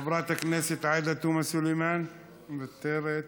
חברת הכנסת עאידה תומא סלימאן, מוותרת,